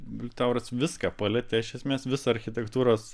liutauras viską palietė iš esmės visą architektūros